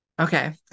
okay